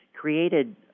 created